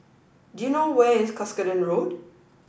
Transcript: do you know where is Cuscaden Road